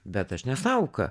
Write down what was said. bet aš ne sauka